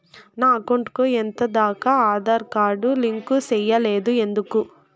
నా అకౌంట్ కు ఎంత దాకా ఆధార్ కార్డు లింకు సేయలేదు ఎందుకు